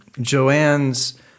Joanne's